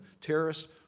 terrorists